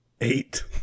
Eight